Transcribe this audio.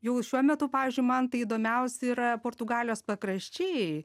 jau šiuo metu pavyzdžiui man tai įdomiausi yra portugalijos pakraščiai